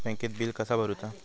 बँकेत बिल कसा भरुचा?